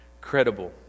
credible